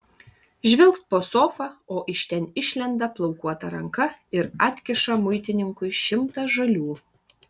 žvilgt po sofa o iš ten išlenda plaukuota ranka ir atkiša muitininkui šimtą žalių